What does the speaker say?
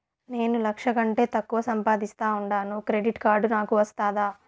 నేను లక్ష కంటే తక్కువ సంపాదిస్తా ఉండాను క్రెడిట్ కార్డు నాకు వస్తాదా